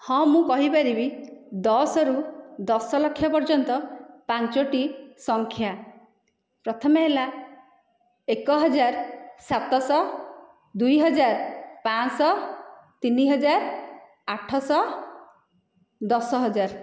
ହିଁ ମୁଁ କହିପାରିବି ଦଶରୁ ଦଶ ଲକ୍ଷ ପର୍ଯ୍ୟନ୍ତ ପାଞ୍ଚୋଟି ସଂଖ୍ୟା ପ୍ରଥମେ ହେଲା ଏକ ହଜାର ସାତଶହ ଦୁଇ ହଜାର ପାଞ୍ଚଶହ ତିନି ହଜାର ଆଠଶହ ଦଶ ହଜାର